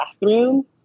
bathroom